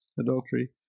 adultery